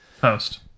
post